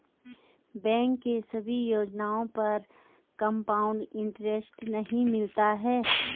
bank के सभी योजना पर कंपाउड इन्टरेस्ट नहीं मिलता है